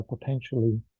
potentially